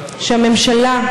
של הממשלה,